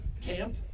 camp